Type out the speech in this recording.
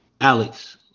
Alex